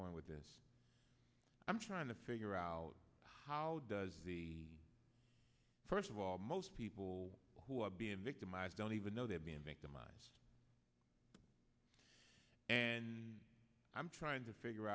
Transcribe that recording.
going with this i'm trying to figure out how does the first of all most people who are being victimized don't even know they're being victimized and i'm trying to figure